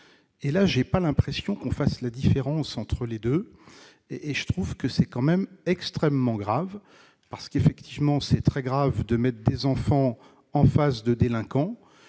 et là j'ai pas l'impression qu'on fasse la différence entre les 2 et je trouve que c'est quand même extrêmement grave parce qu'effectivement, c'est très grave de maître des enfants en face de délinquants,